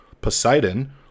Poseidon